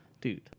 Dude